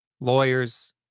lawyers